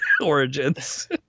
Origins